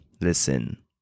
listen